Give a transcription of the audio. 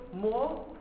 more